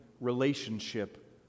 relationship